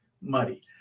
muddy